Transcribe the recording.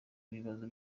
w’ibibazo